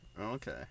Okay